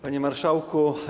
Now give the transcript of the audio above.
Panie Marszałku!